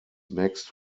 mixed